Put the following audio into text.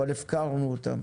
אבל הפקרנו אותם.